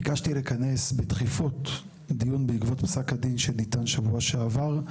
ביקשתי לכנס בדחיפות דיון בעקבות פסק הדין שניתן שבוע שעבר.